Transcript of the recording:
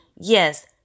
Yes